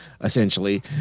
essentially